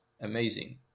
amazing